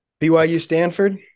BYU-Stanford